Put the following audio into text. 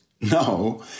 No